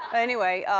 anyway,